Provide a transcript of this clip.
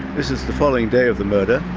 this was the following day of the murder,